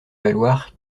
valoir